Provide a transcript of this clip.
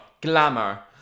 Glamour